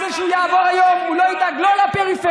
בזה שהוא יעבור היום הוא לא ידאג לפריפריה,